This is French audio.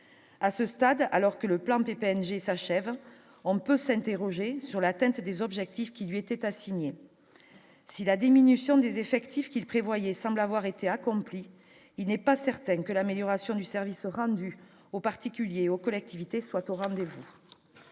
à ce stade, alors que le plan des peines Jesse achève, on peut s'interroger sur l'atteinte des objectifs qui lui était assigné si la diminution des effectifs qu'il prévoyait semble avoir été accompli, il n'est pas certaine que l'amélioration du service rendu aux particuliers, aux collectivités soient au rendez-vous,